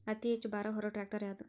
ಅತಿ ಹೆಚ್ಚ ಭಾರ ಹೊರು ಟ್ರ್ಯಾಕ್ಟರ್ ಯಾದು?